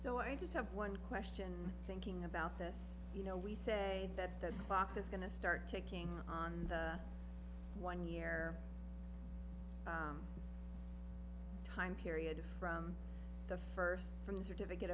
so i just have one question thinking about this you know we say that the clock is going to start taking on the one year time period from the first from the certificate